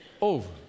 over